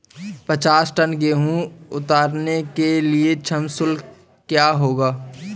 पचास टन गेहूँ उतारने के लिए श्रम शुल्क क्या होगा?